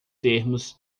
termos